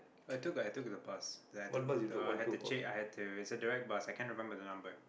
I took I took the bus there I took though I had to cha~ I had to it's a direct bus I can't remember the number